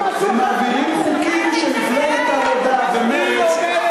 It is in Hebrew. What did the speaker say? ומעבירים חוקים שמפלגת העבודה ומרצ,